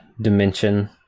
dimension